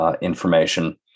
Information